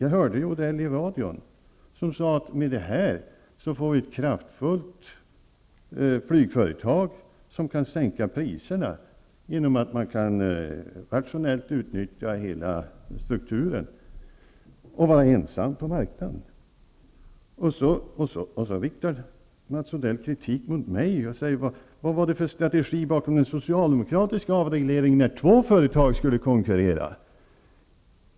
Jag hörde Odell säga i radion att med den här affären får vi ett kraftfullt flygföretag som kan sänka priserna genom att man kan rationellt utnyttja hela strukturen och vara ensam på marknaden. Och så riktar Mats Odell kritik mot mig och frågar: Vad var det för strategi bakom den socialdemokratiska avregleringen, när två företag skulle konkurrera?